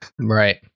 right